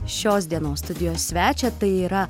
šios dienos studijos svečią tai yra